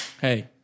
hey